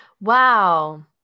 Wow